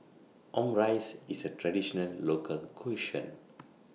Omurice IS A Traditional Local Cuisine